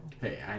Hey